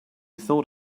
thought